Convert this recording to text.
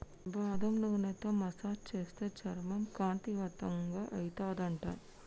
బాదం నూనెతో మసాజ్ చేస్తే చర్మం కాంతివంతంగా అయితది అంట